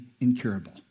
incurable